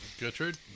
Gertrude